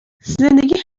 زندگی